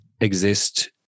exist